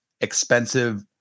expensive